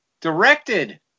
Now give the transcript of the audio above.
directed